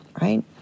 right